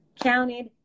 counted